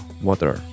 Water